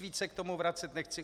Víc se k tomu vracet nechci.